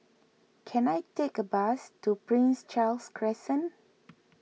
can I take a bus to Prince Charles Crescent